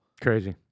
Crazy